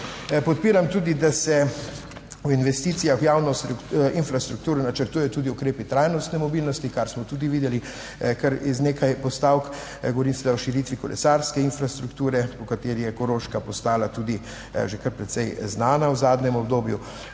Podpiram tudi, da se o investicijah v javno infrastrukturo načrtujejo tudi ukrepi trajnostne mobilnosti, kar smo tudi videli kar iz nekaj postavk, govorim seveda o širitvi kolesarske infrastrukture, po kateri je Koroška postala tudi že kar precej znana v zadnjem obdobju,